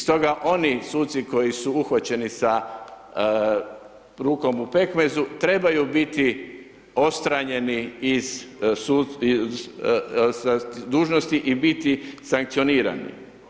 Stoga oni suci koji su uhvaćeni sa rukom u pekmezu, trebaju biti odstranjeni iz dužnosti i biti sankcionirani.